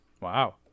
Wow